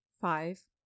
Five